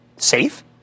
safe